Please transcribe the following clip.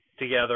Together